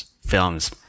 films